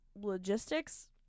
logistics